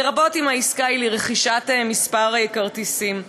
לרבות אם העסקה היא לרכישת כמה כרטיסים.